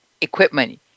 equipment